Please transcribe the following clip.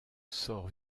sort